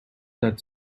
that